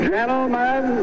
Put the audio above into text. Gentlemen